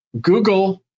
Google